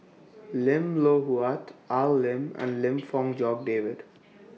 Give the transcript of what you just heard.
Lim Loh Huat Al Lim and Lim Fong Jock David